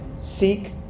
seek